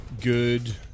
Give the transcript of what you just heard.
good